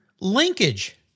Linkage